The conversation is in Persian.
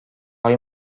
های